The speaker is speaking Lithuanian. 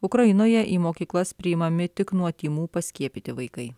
ukrainoje į mokyklas priimami tik nuo tymų paskiepyti vaikai